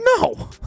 No